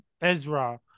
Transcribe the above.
Ezra